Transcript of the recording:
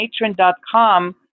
natron.com